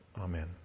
amen